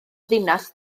ddinas